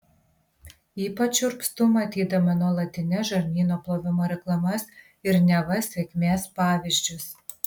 ypač šiurpstu matydama nuolatines žarnyno plovimo reklamas ir neva sėkmės pavyzdžius